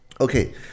Okay